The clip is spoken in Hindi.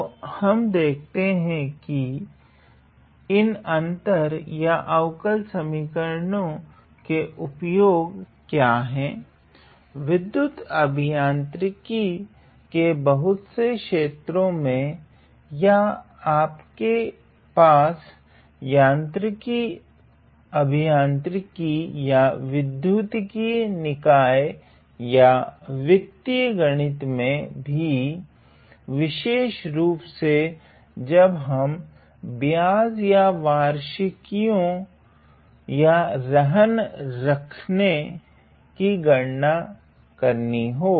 तो हम देखेगे की इन अंतर या अवकल समीकरणों के उपयोग क्या है विद्धुत अभियांत्रिकी के बहुत से क्षेत्रों में या आपके पास यान्त्रिकी अभियांत्रिकी या विध्युतिकी निकाय या वित्तीय गणित में भी विशेषरुप से जब हमे ब्याज या वार्षिकियों या रहन रखने की गणना करनी हो